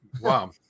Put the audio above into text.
Wow